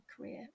career